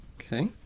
Okay